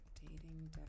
dating